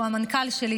שהוא המנכ"ל שלי,